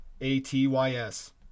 A-T-Y-S